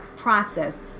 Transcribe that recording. process